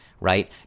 right